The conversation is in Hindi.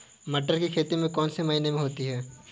मटर की खेती कौन से महीने में होती है?